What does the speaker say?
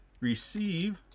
receive